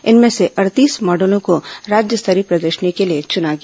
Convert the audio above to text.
इनमें से अड़तीस मॉडल को राज्य स्तरीय प्रदर्शनी के लिए चुना गया